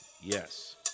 Yes